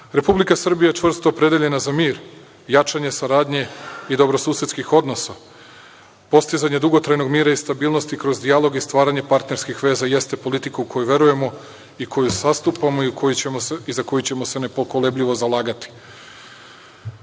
troškova. Republika Srbija je čvrsto opredeljena za mir, jačanje saradnje, poverenja i dobrosusedskih odnosa. Postizanje dugotrajnog mira i stabilnosti kroz dijalog i stvaranje partnerskih veza jeste politika u koju verujemo i koju zastupamo i za koju ćemo se nepokolebljivo zalagati.Međutim,